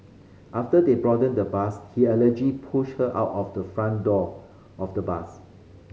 after they broaden the bus he alleged pushed her out of the front door of the bus